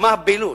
מה הבהילות?